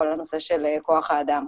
כל הנושא של כוח האדם.